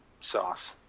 sauce